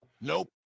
Nope